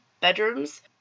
bedrooms